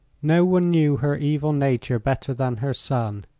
no one knew her evil nature better than her son.